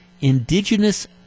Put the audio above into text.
Indigenous